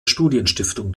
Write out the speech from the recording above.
studienstiftung